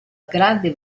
grande